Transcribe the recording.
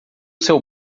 seu